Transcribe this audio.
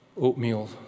oatmeal